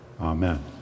Amen